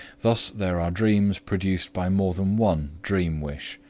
thus there are dreams produced by more than one dream-wish,